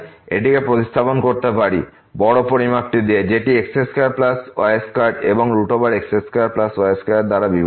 এটিকে প্রতিস্থাপন করতে পারি বড় পরিমাণ দিয়ে যেটি x2y2 এবং x2y2 দ্বারা বিভক্ত